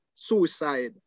suicide